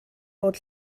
bod